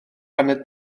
paned